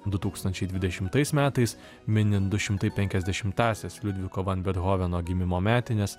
du tūkstančiai dvidešimtais metais minint du šimtai penkiasdešimtąsias liudviko van bethoveno gimimo metines